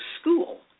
school